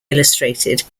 illustrated